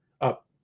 up